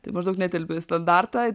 taip maždaug netelpi į standartą